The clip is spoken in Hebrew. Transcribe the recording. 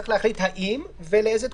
צריך להחליט האם, ולאיזו תקופה.